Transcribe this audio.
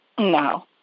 No